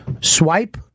Swipe